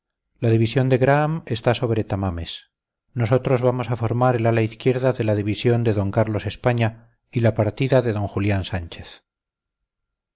la división de graham está sobre tamames nosotros vamos a formar el ala izquierda de la división de d carlos españa y la partida de d julián sánchez